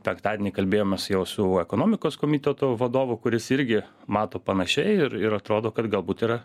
penktadienį kalbėjomės jau su ekonomikos komiteto vadovu kuris irgi mato panašiai ir ir atrodo kad galbūt yra